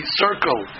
circle